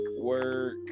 work